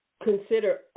Consider